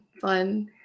fun